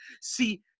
See